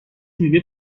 میوه